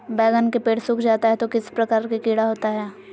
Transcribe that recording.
बैगन के पेड़ सूख जाता है तो किस प्रकार के कीड़ा होता है?